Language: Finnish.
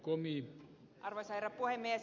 arvoisa herra puhemies